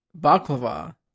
baklava